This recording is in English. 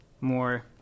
more